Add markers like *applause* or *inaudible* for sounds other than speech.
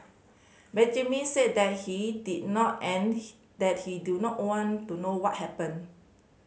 Benjamin said that he did not and *unintelligible* that he do not know one to know what happened